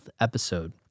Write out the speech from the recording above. episode